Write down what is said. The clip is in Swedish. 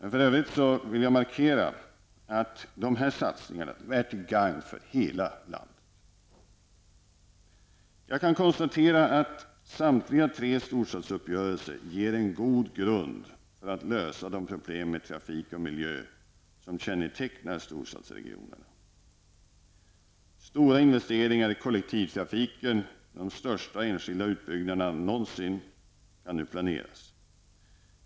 I övrigt vill jag markera att dessa satsningar är till gagn för hela landet. Jag kan konstatera att samtliga tre storstadsuppgörelser ger en god grund för att lösa de problem med trafik och miljö som kännetecknar storstadsregionerna. Stora investeringar i kollektivtrafiken, de största enskilda utbyggnaderna någonsin, planeras.